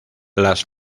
las